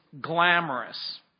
glamorous